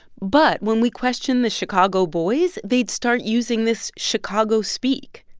but when we questioned the chicago boys, they'd start using this chicago speak.